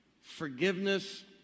Forgiveness